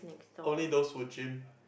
only those who gym